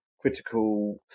critical